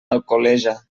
alcoleja